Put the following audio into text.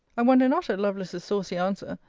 i wonder not at lovelace's saucy answer,